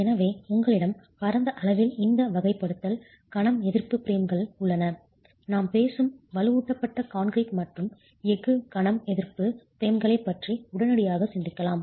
எனவே உங்களிடம் பரந்த அளவில் இந்த வகைப்படுத்தல் கணம் எதிர்ப்பு பிரேம்கள் உள்ளன நாம் பேசும் வலுவூட்டப்பட்ட கான்கிரீட் மற்றும் எஃகு கணம் எதிர்ப்பு பிரேம்களைப் பற்றி உடனடியாக சிந்திக்கலாம்